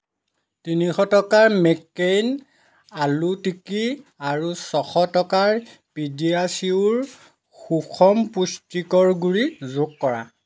তিনিশ টকাৰ মেক্কেইন আলু টিক্কি আৰু ছশ টকাৰ পিডিয়াচিয়োৰ সুষম পুষ্টিকৰ গুড়ি যোগ কৰা